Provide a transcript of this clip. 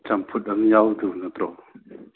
ꯆꯝꯐꯨꯠ ꯑꯃ ꯌꯥꯎꯗꯧꯕ ꯅꯠꯇ꯭ꯔꯣ